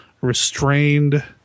restrained